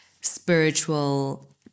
spiritual